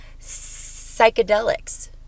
Psychedelics